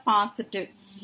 positive